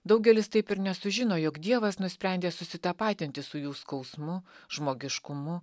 daugelis taip ir nesužino jog dievas nusprendė susitapatinti su jų skausmu žmogiškumu